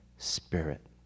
spirit